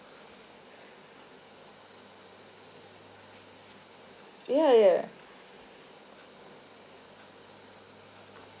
ya ya